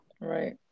Right